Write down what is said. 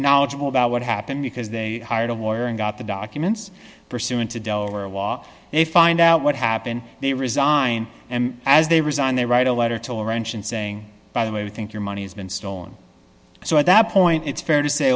knowledgeable about what happened because they hired a lawyer and got the documents pursuant to delaware law they find out what happened they resign and as they resign they write a letter to the ranch and saying by the way we think your money has been stolen so at that point it's fair to say